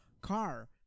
car